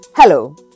Hello